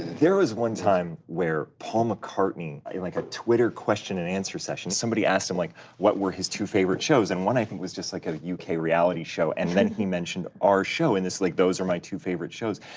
there was one time where paul mccartney in like a twitter question and answer session somebody asked him like what were his two favorite shows and one i think was just like ah yeah a uk reality show, and then he mentioned our show in this, like, those are my two favorite shows.